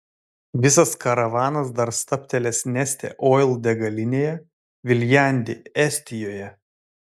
visas karavanas dar stabtelės neste oil degalinėje viljandi estijoje